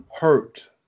hurt